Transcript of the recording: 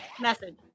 message